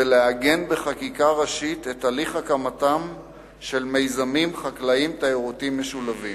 ולעגן בחקיקה ראשית את הליך הקמתם של מיזמים חקלאיים תיירותיים משולבים.